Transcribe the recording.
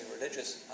religious